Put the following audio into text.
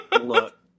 look